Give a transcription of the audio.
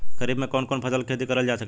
खरीफ मे कौन कौन फसल के खेती करल जा सकत बा?